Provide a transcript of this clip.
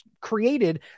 created